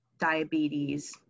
Diabetes